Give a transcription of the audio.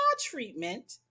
treatment